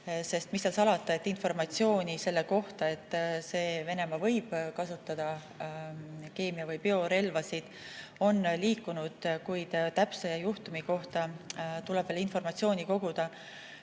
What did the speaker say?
Aga mis seal salata, informatsiooni selle kohta, et Venemaa võib kasutada keemia- või biorelvasid, on liikunud. Kuid konkreetse juhtumi kohta tuleb veel informatsiooni koguda.